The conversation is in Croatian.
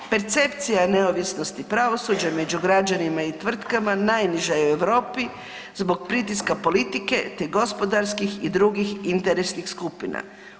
Percepcija neovisnosti pravosuđa među građanima i tvrtkama najniža je u Europi zbog pritiska politike, te gospodarskih i drugih interesnih skupina.